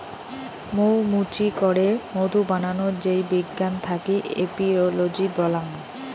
মৌ মুচি করে মধু বানাবার যেই বিজ্ঞান থাকি এপিওলোজি বল্যাং